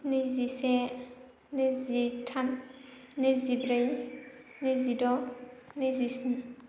नैजिसे नैजिथाम नैजिब्रै नैजिद' नैजिस्नि